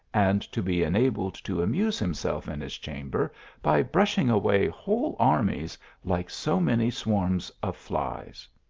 and to be enabled to amuse himself in his chamber by brushing away whole armies like so many swarms of flies.